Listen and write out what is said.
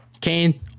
Kane